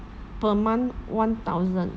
per month one thousand